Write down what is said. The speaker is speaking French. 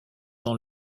dans